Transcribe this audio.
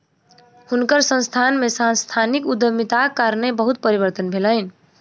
हुनकर संस्थान में सांस्थानिक उद्यमिताक कारणेँ बहुत परिवर्तन भेलैन